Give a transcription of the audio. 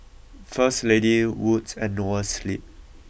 first Lady Wood's and Noa Sleep